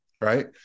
right